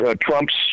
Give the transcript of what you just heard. Trump's